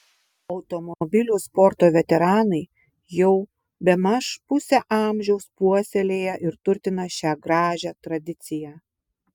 automobilių sporto veteranai jau bemaž pusę amžiaus puoselėja ir turtina šią gražią tradiciją